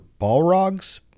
Balrogs